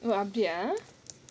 never update ah